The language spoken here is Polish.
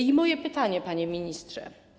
I moje pytanie, panie ministrze.